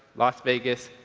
las vegas,